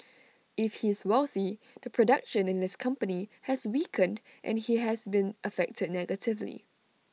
if he's wealthy the production in his company has weakened and he has been affected negatively